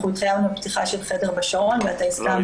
אנחנו ה תחייבנו על פתיחה של חדר בשרון ואתה הסכמת --- לא,